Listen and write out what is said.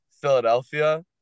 Philadelphia